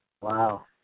Wow